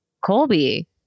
Colby